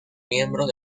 miembros